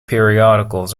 periodicals